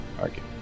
argue